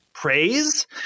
praise